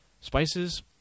spices